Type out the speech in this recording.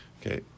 Okay